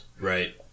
Right